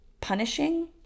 punishing